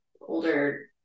older